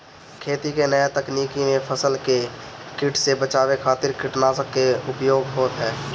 खेती के नया तकनीकी में फसल के कीट से बचावे खातिर कीटनाशक के उपयोग होत ह